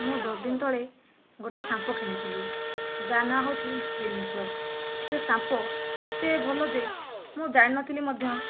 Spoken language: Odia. ମୁଁ ଦଶ ଦିନ ତଳେ ଗୋଟିଏ ସାମ୍ପୁ କିଣିଥିଲି ଯାହା ନା ହେଉଛି କ୍ଲିନିକ ପ୍ଲସ୍ ସେ ସାମ୍ପୁ ଏତେ ଭଲ ଯେ ମୁଁ ଜାଣିନଥିଲି ମଧ୍ୟ